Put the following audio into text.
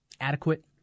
adequate